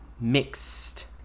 mixed